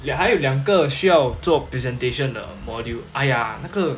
两还有两个需要做 presentation 的 module !aiya! 那个